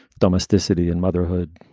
domesticity and motherhood,